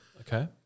Okay